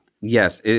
yes